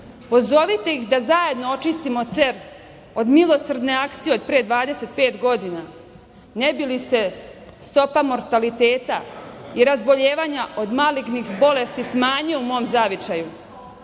pozovite ih da zajedno očistimo Cer od milosrdne akcije od pre 25 godina ne bi li se stopa mortaliteta i razbolevanja od malignih bolesti smanjio u mom zavičaju,